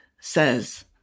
says